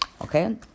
Okay